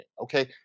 Okay